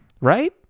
right